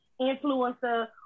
influencer